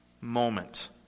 moment